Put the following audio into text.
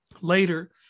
later